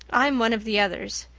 i'm one of the others.